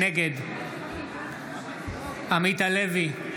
נגד עמית הלוי,